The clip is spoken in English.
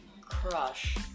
crush